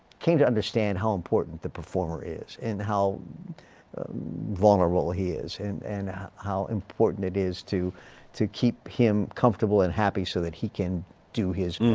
came to understand how important the performer is and how vulnerable he is and and how important it is to to keep him comfortable and happy so that he can do his